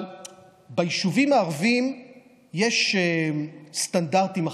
אבל ביישובים הערביים יש סטנדרטים אחרים,